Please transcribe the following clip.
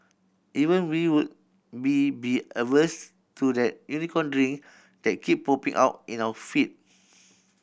even we would be be averse to that Unicorn Drink that keep popping out in our feed